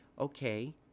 Okay